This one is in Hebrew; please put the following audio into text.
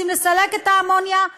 רוצים לסלק את האמוניה,